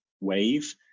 wave